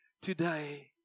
today